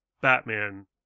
Batman